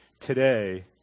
today